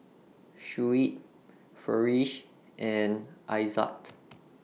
Shuib Farish and Aizat